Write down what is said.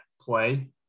play